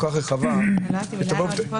במלונית?